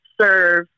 serve